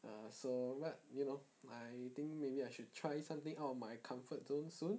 err so what you know I think maybe I should try something out of my comfort zone soon